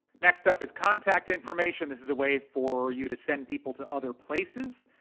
next up is contact information. this is a way for you to send people to other places,